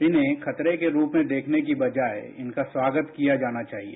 इन्हें खतरे के रूप में देखने की बजाये उनका स्वागत किया जाना चाहिए